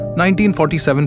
1947